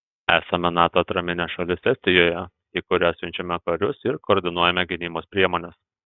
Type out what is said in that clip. esame nato atraminė šalis estijoje į kurią siunčiame karius ir koordinuojame gynybos priemones